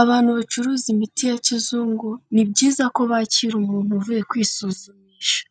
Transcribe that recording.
Abantu bacuruza imiti ya kizungu ni byiza ko bakira umuntu uvuye kwisuzumisha,